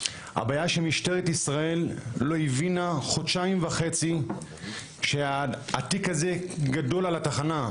הבעיה שמשטרת ישראל לא הבינה חודשיים וחצי שהתיק הזה גדול על התחנה.